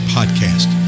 Podcast